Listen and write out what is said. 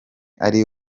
ari